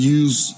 use